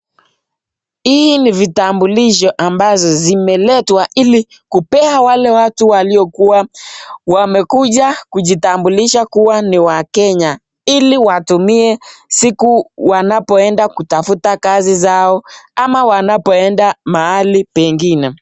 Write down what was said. Hii ni vitambulisho ambazo zimeletwa ili kupea wale watu waliokuwa wamekuja kujitambulisha kuwa ni Wakenya ili watumie siku wanapoenda kutafuta kazi zao ama wanapoenda mahali pengine.